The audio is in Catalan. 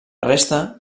resta